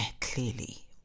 clearly